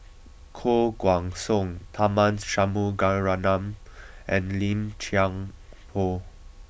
Koh Guan Song Tharman Shanmugaratnam and Lim Chuan Poh